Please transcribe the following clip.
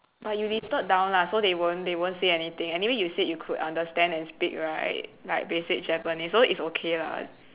but you listed down lah so they won't they won't say anything anyway you said you could understand and speak right like basic japanese so it's okay lah